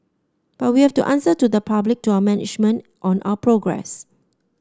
but we've to answer to the public to our management on our progress